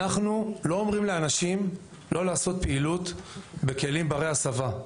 אנחנו לא אומרים לאנשים לא לעשות פעילות בכלים ברי הסבה,